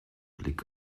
blick